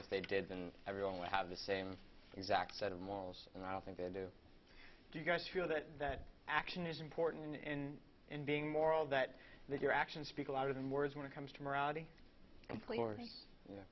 if they didn't everyone would have the same exact set of morals and i don't think they do do you guys feel that that action is important in and being moral that that your actions speak louder than words when it comes to morality